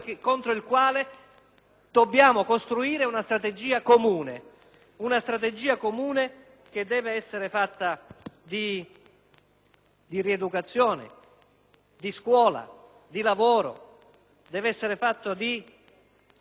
dobbiamo costruire una strategia comune che deve essere fatta di rieducazione, di scuola, di lavoro, deve essere fatta di rispetto,